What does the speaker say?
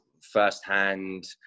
firsthand